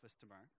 tomorrow